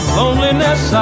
loneliness